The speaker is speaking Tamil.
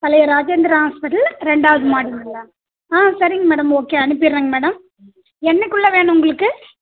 பழைய ராஜேந்திரா ஹாஸ்பிட்டல் ரெண்டாவது மாடிங்களா ஆ சரிங்க மேடம் ஓகே அனுப்பிடுறேங்க மேடம் என்றைக்குள்ள வேணும் உங்களுக்கு